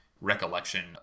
recollection